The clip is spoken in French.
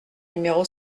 numéro